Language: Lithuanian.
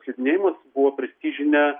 slidinėjimas buvo prestižinė